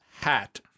hat